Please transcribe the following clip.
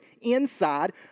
inside